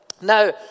Now